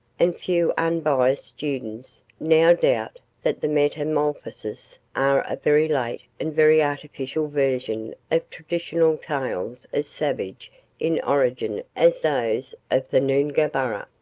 and few unbiased students now doubt that the metamorphoses are a very late and very artificial version of traditional tales as savage in origin as those of the noongahburrah.